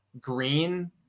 green